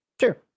Sure